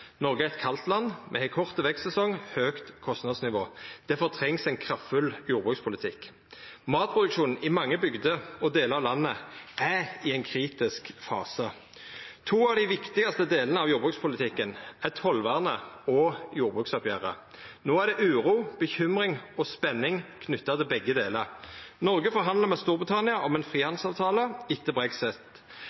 Noreg er eit kaldt land, og me har kort vekstsesong og høgt kostnadsnivå. Difor trengst det ein kraftfull jordbrukspolitikk. Matproduksjonen i mange bygder og delar av landet er i ein kritisk fase. To av dei viktigaste delane av jordbrukspolitikken er tollvernet og jordbruksoppgjeret. No er det uro, bekymring og spenning knytt til begge delar. Noreg forhandlar med Storbritannia om ein frihandelsavtale etter